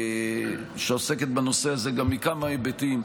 את עוסקת בנושא הזה גם מכמה היבטים,